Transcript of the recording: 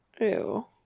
Ew